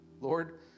Lord